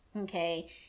okay